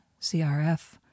CRF